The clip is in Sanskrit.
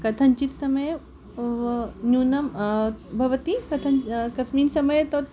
कथञ्चित् समये न्यूनं भवति कथञ्चित् कस्मिन् समये तत्